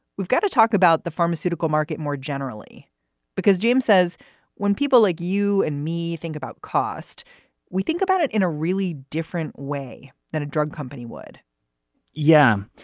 we've got to talk about the pharmaceutical market more generally because gm says when people like you and me think about cost we think about it in a really different way than a drug company would yeah.